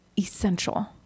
essential